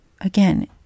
again